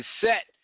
set